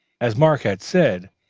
as mark had said,